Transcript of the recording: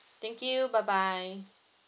thank you bye bye